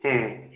হ্যাঁ